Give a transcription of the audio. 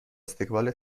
استقبال